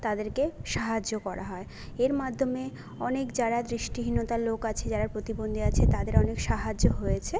তাদেরকে সাহায্য করা হয় এর মাধ্যমে অনেক যারা দৃষ্টিহীনতা লোক আছে যারা প্রতিবন্ধী আছে তাদের অনেক সাহায্য হয়েছে